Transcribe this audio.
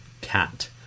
cat